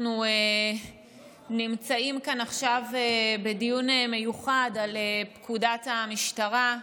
אנחנו נמצאים כאן עכשיו בדיון מיוחד על פקודת המשטרה.